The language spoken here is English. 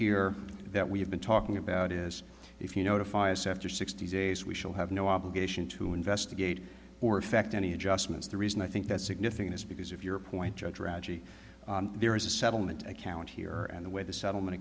here that we have been talking about is if you notify us after sixty days we shall have no obligation to investigate or effect any adjustments the reason i think that's significant is because of your point judge reggie there is a settlement account here and the way the settlement